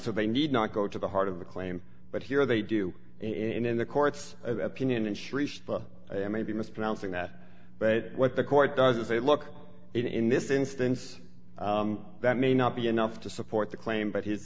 so they need not go to the heart of the claim but here they do in the court's opinion and srishti i may be mispronouncing that but what the court does is say look in this instance that may not be enough to support the claim but his